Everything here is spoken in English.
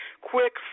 quick